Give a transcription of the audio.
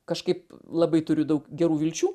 kažkaip labai turiu daug gerų vilčių